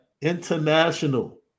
international